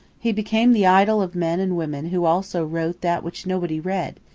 he became the idol of men and women who also wrote that which nobody read,